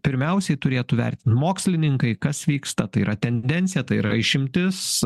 pirmiausiai turėtų vertint mokslininkai kas vyksta tai yra tendencija tai yra išimtis